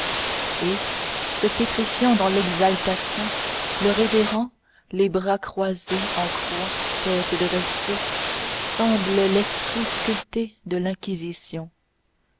et se pétrifiant dans l'exaltation le révérend les bras croisés en croix tête dressée semble l'esprit sculpté de l'inquisition